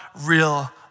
real